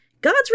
God's